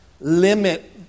limit